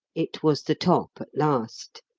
it was the top at last.